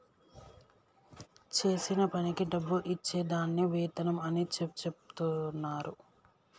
చేసిన పనికి డబ్బు ఇచ్చే దాన్ని వేతనం అని చెచెప్తున్నరు